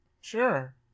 Sure